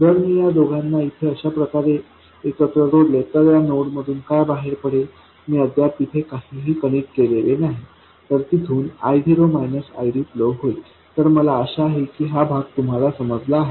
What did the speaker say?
जर मी या दोघांना इथे अशाप्रकारे एकत्र जोडले तर या नोडमधून काय बाहेर पडेल मी अद्याप तिथे काहीही कनेक्ट केलेले नाही तर तिथून I0 ID फ्लो होईल तर मला आशा आहे की हा भाग तुम्हाला समजला आहे